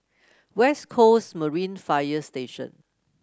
West Coast Marine Fire Station